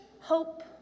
Hope